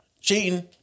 Cheating